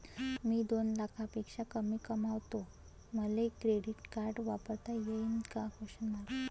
मी दोन लाखापेक्षा कमी कमावतो, मले क्रेडिट कार्ड वापरता येईन का?